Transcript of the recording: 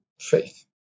faith